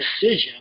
decision